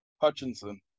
Hutchinson